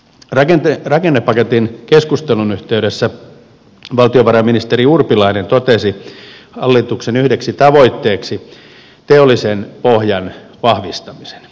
rakennepaketista käydyn keskustelun yhteydessä valtiovarainministeri urpilainen totesi hallituksen yhdeksi tavoitteeksi teollisen pohjan vahvistamisen